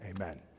amen